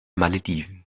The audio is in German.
malediven